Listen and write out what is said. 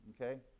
okay